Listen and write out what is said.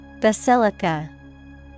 Basilica